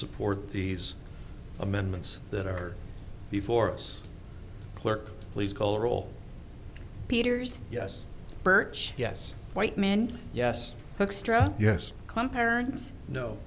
support these amendments that are before us clerk please call roll peters yes birch yes white man yes